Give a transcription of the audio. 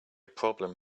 problem